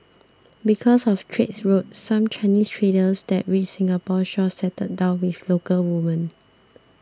because of trade routes some Chinese traders that reached Singapore's shores settled down with local women